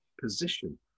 position